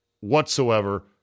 whatsoever